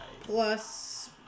plus